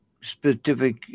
specific